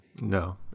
no